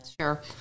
sure